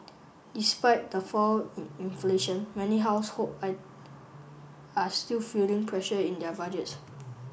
despite the fall in inflation many household I are still feeling pressure in their budgets